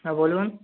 হ্যাঁ বলুন